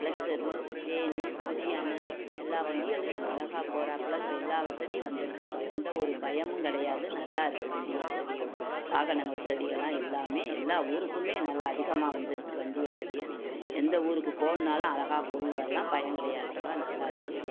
pleasure வேனும் குட்டியான எல்லா வண்டிகள்ளையும் அழகா போகறாப்புல இப்போ எல்லா வசதியும் வந்துருக்குப்பா எந்த ஒரு பயமும் கிடையாது நல்லா இருக்கு வண்டி வசதி வாகனங்க வசதி எல்லாம் எல்லாமே எல்லா ஊருக்குமே நல்லா அதிகமாக வந்துருச்சு வண்டி வசதியை எந்த ஊருக்கு போகணும்னாலும் அழகா போய் வரலாம் பயம் கிடையாதுப்பா நல்லா இருக்கு